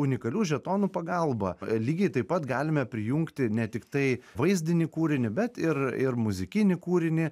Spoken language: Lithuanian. unikalių žetonų pagalba lygiai taip pat galime prijungti ne tiktai vaizdinį kūrinį bet ir ir muzikinį kūrinį